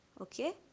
Okay